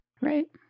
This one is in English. Right